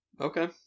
Okay